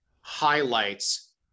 highlights